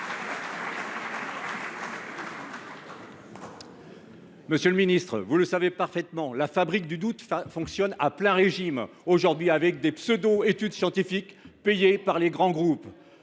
Monsieur le ministre, vous le savez parfaitement, la fabrique du doute fonctionne à plein régime aujourd’hui avec des pseudo études scientifiques payées par les grands groupes.